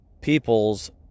people's